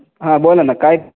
हां बोला ना काय